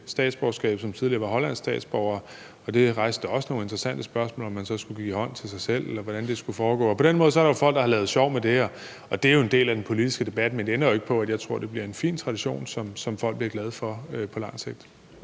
statsborgerskab, og som er tidligere hollandsk statsborger, og det rejste nogle interessante spørgsmål om, om man så skulle give hånd til sig selv, eller hvordan det skulle foregå. Og på den måde er der folk, der har lavet sjov med det, og det er jo en del af den politiske debat. Men det ændrer ikke på, at jeg tror, det bliver en fin tradition, som folk bliver glade for på lang sigt.